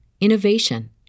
innovation